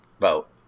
vote